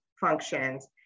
functions